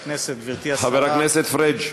לטובת מה שהיא נועדה.